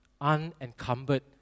unencumbered